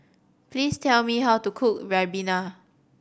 please tell me how to cook ribena